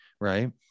right